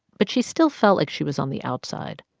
but she still felt like she was on the outside.